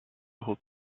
hold